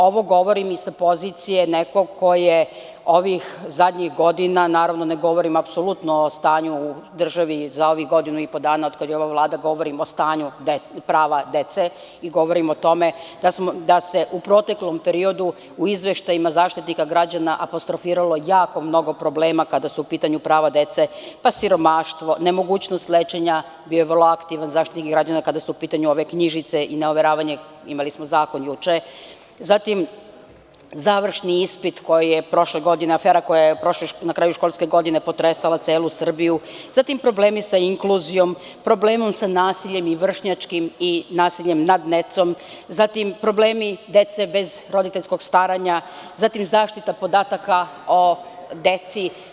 Ovo govorim i sa pozicije nekog ko je ovih zadnjih godina, naravno ne govorim o stanju u državi za ovih godinu i po dana od kada je ova Vlada, govorim o stanju prava dece i govorim o tome da se u proteklom periodu i izveštajima Zaštitnika građana apostrofiralo jako mnogo problema kada su u pitanju prava dece, pa siromaštvo, nemogućnost lečenja, Zaštitnik građana je bio vrlo aktivan kada su u pitanju ove knjižice, juče smo imali zakon, završni ispit, afera koja je na kraju školske godine potresala celu Srbiju, problemi sa inkluzijom, problemi sa nasiljem i vršnjačkim i nasiljem nad decom, problemi dece bez roditeljskog staranja, zaštita podataka o deci.